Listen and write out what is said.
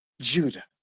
Judah